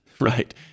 right